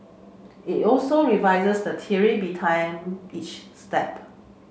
it also revises the theory each step